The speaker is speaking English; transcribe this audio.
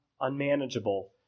unmanageable